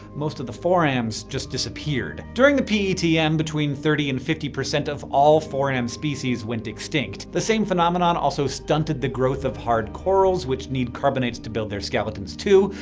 most of the forams just disappeared. during the petm, and between thirty and fifty percent of all foram species went extinct. the same phenomenon also stunted the growth of hard corals, which need carbonates to build their skeletons, too.